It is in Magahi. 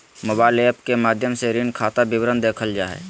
मोबाइल एप्प के माध्यम से ऋण खाता विवरण देखल जा हय